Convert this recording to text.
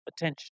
attention